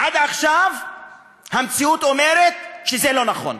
עד עכשיו המציאות אומרת שזה לא נכון.